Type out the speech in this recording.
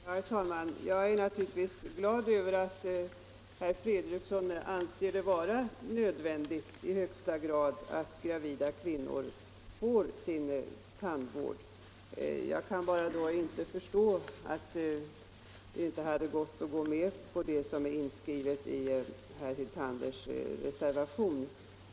Herr talman! Jag är naturligtvis glad över att herr Fredriksson anser det vara i högsta grad nödvändigt att gravida kvinnor får behövlig tandvård. Men då kan jag bara inte förstå att man inte har kunnat ansluta sig till det som är inskrivet i herr Hyltanders reservation.